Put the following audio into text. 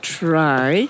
try